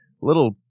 little